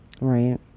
Right